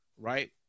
right